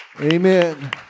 amen